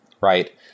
right